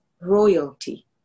royalty